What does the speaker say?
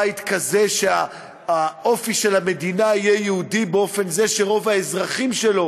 בית כזה שהאופי של המדינה יהיה יהודי באופן זה שרוב האזרחים שלו